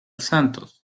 santos